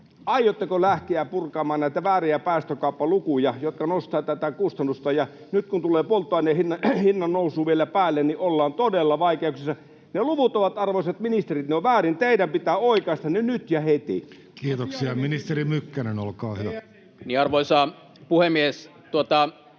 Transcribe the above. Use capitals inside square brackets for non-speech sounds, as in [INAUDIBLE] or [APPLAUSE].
Aiotteko lähteä purkamaan näitä vääriä päästökauppalukuja, jotka nostavat tätä kustannusta? Nyt kun tulee polttoaineen hinnannousu vielä päälle, niin ollaan todella vaikeuksissa. Ne luvut ovat väärin, arvoisat ministerit. [NOISE] Teidän pitää oikaista ne nyt ja heti. [Speech 20] Speaker: Jussi